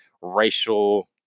racial